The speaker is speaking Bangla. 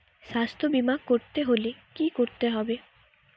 স্বাস্থ্যবীমা করতে হলে কি করতে হবে?